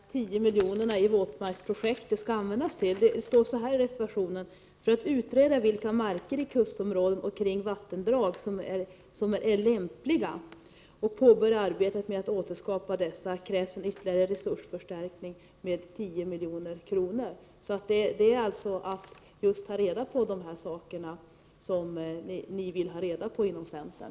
Herr talman! Jag tänkte bara nämna vad de 10 miljonerna i våtmarksprojektet skall användas till. Det står så här i reservationen: ”För att utreda vilka marker i kustområden och kring vattendrag som är lämpliga våtmarker och påbörja arbetet med att återskapa dessa krävs en ytterligare resursförstärkning med 10 milj.kr.” Det gäller alltså att ta reda på just de saker som ni önskar information om inom centern.